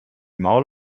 maul